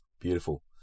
Beautiful